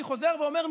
ואני חוזר ואומר,